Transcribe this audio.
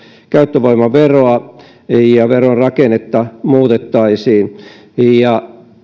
käyttövoimaveroa ja verorakennetta muutettaisiin